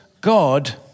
God